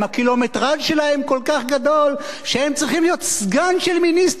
הקילומטרז' שלהם כל כך גדול שהם צריכים להיות סגן של מיניסטר,